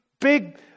big